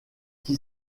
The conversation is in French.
qui